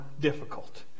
difficult